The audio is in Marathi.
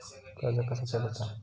कर्ज कसा फेडुचा?